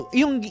yung